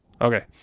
Okay